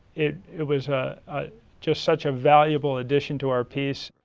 it it was a just such a valuable edition to our piece.